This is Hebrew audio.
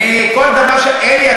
אלי,